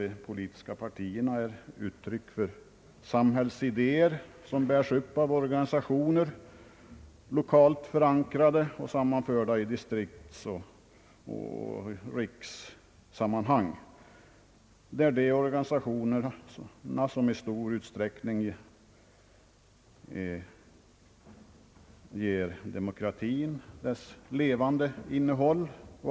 De politiska partierna är uttryck för samhällsidéer som bärs upp av organisationer, lokalt förankrade och sammanförda i distriktsoch rikssammanhang. Dessa organisationer ger i stor utsträckning demokratin dess levande innehåll.